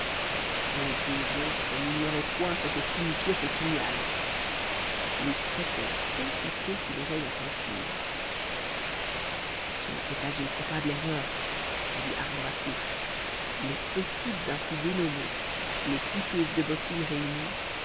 les deux autres n'ignoraient point ce que signifiait ce signal ils prêtèrent aussitôt une oreille attentive ce n'était pas une coupable erreur dit arbre à couche les petites ainsi dénommées les piqueuses de bottines réunies